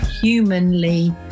humanly